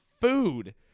food